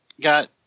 got